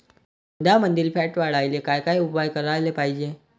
दुधामंदील फॅट वाढवायले काय काय उपाय करायले पाहिजे?